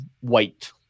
white